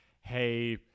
hey